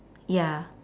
ya